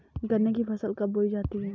गन्ने की फसल कब बोई जाती है?